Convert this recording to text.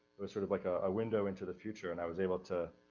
it was sort of like a window into the future and i was able to